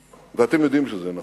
ואתם יודעים שזה נכון.